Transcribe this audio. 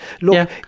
Look